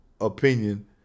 opinion